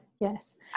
Yes